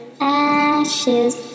ashes